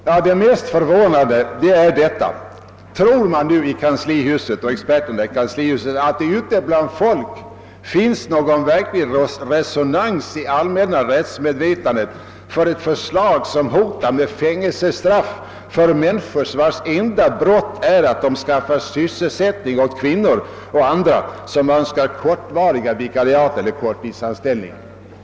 Vad som mest förvånar är detta: Tror man verkligen i kanslihuset, tror experterna där, att det ute i landet finns någon resonans i det allmänna rättsmedvetandet för ett förslag som hotar med fängelsestraff när det gäller människor vars enda brott är att de skaffar sysselsättning åt kvinnor och andra som önskar ta kortvariga vikariat eller korttidsanställningar?